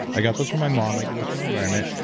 i got this from my mom, i get this from my environment,